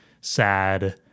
sad